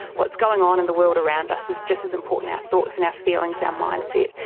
what's going on in the world around us is just as important, our thoughts and our feelings, our mindset,